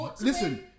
Listen